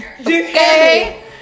okay